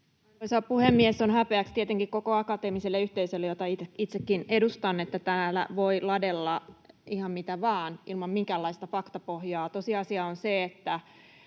Arvoisa puhemies! On häpeäksi tietenkin koko akateemiselle yhteisölle, jota itsekin edustan, että täällä voi ladella ihan mitä vain ilman minkäänlaista faktapohjaa. Tosiasia on se, että